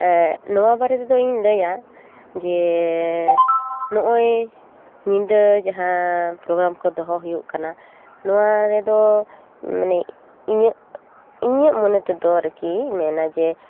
ᱱᱚᱣᱟ ᱵᱟᱨᱮ ᱛᱮᱫᱚᱧ ᱞᱟᱹᱭᱟ ᱡᱮ ᱱᱚᱜᱼᱚᱭ ᱧᱤᱫᱟᱹ ᱡᱟᱦᱟᱸ ᱯᱨᱳᱜᱨᱟᱢ ᱠᱚ ᱫᱚᱦᱚ ᱦᱩᱭᱩᱜ ᱠᱟᱱᱟ ᱱᱚᱣᱟ ᱨᱮᱫᱚ ᱢᱟᱱᱮ ᱤᱧᱟᱹᱜ ᱤᱧᱟᱹᱜ ᱢᱚᱱᱮ ᱛᱮᱫᱚ ᱟᱨᱠᱤ ᱢᱮᱱᱟᱭ ᱡᱮ